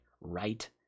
right